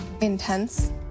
intense